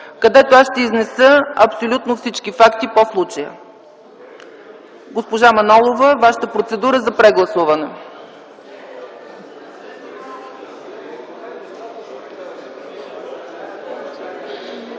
където ще изнеса абсолютно всички факти по случая. Госпожо Манолова, Вашата процедура за прегласуване.